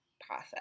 process